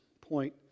point